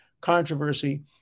controversy